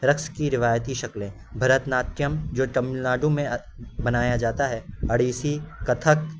رقص کی روایتی شکلیں بھرتناٹیم جو تمل ناڈو میں منایا جاتا ہے اڑیسی کتھک